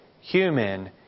human